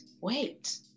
wait